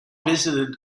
visited